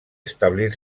establir